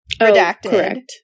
redacted